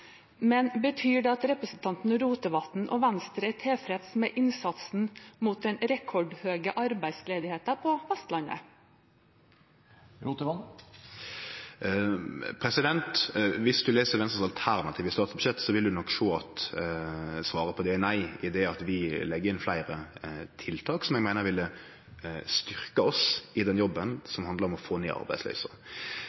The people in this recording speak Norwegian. men betyr det at representanten Rotevatn og Venstre er tilfreds med innsatsen mot den rekordhøye arbeidsledigheten på Vestlandet? Viss ein les Venstre sitt alternative statsbudsjett, vil ein nok sjå at svaret på det er nei, i det at vi legg inn fleire tiltak som vi meiner ville styrkt oss i den jobben